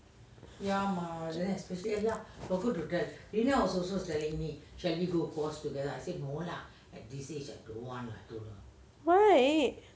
why